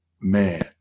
man